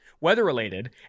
weather-related